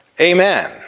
Amen